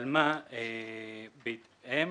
אבל בהתאם